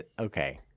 okay